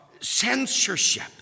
censorship